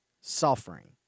suffering